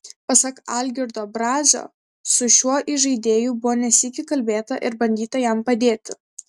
pasak algirdo brazio su šiuo įžaidėju buvo ne sykį kalbėta ir bandyta jam padėti